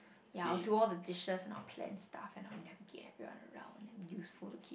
ya I would do all the dishes and I will plan stuff and I will never get everyone around and be useful to keep